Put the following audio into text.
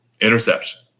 Interception